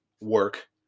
work